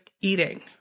eating